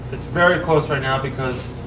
it's very close right now. because